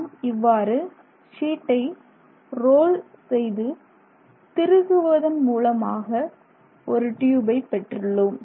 நாம் இவ்வாறு ஷீட்டை ரோல் செய்து திருகுவதன் மூலமாக ஒரு டியூபை பெற்றுள்ளோம்